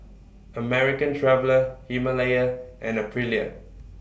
American Traveller Himalaya and Aprilia